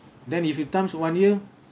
then if you times one year